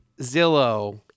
Zillow